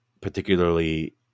Particularly